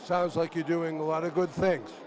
sounds like you're doing a lot of good thing